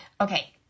Okay